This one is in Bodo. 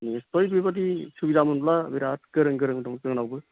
निस्सय बेबायदि सुबिदा मोनब्ला बिराद गोरों गोरों दं जोंनावबो